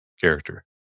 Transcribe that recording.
character